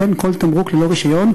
וכן כל תמרוק ללא רישיון.